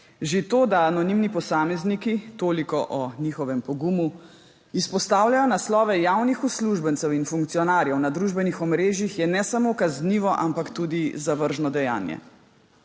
Že to, da anonimni posamezniki – toliko o njihovem pogumu! – izpostavljajo naslove javnih uslužbencev in funkcionarjev na družbenih omrežjih, je ne samo kaznivo, ampak tudi zavržno dejanje.